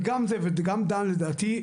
וגם דן לדעתי,